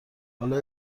حالا